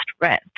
rent